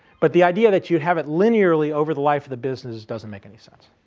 but the idea that you have it linearly over the life of the business doesn't make any sense.